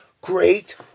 Great